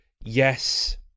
yes